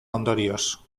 ondorioz